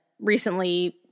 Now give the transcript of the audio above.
recently